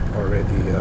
already